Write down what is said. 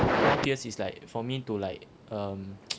this twelve years is like for me to like um